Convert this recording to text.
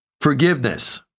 forgiveness